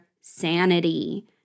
sanity